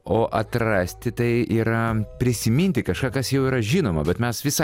o atrasti tai yra prisiminti kažką kas jau yra žinoma bet mes visai